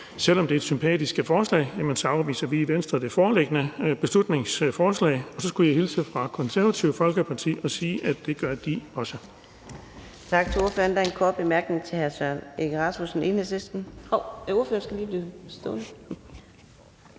selv om det er et sympatisk forslag, det foreliggende beslutningsforslag. Så skulle jeg hilse fra Det Konservative Folkeparti og sige, at det gør de også.